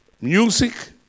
Music